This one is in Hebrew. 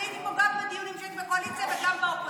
אני הייתי פה גם בדיונים שיש בקואליציה וגם באופוזיציה,